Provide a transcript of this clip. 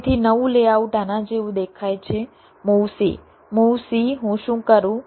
તેથી નવું લેઆઉટ આના જેવું દેખાય છે મૂવ c મૂવ c હું શું કરું